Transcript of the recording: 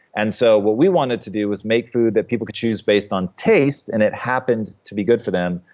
and so what we wanted to do was make food that people could choose based on taste, and it happened to be good for them,